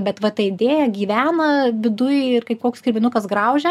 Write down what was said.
bet va ta idėja gyvena viduj ir kaip koks kirminukas graužia